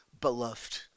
beloved